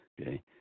Okay